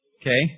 okay